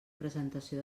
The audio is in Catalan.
presentació